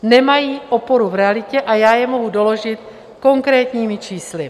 Nemají oporu v realitě a já je mohu doložit konkrétními čísly.